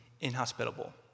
inhospitable